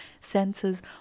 senses